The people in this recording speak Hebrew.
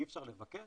אי אפשר לבקש